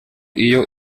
iyo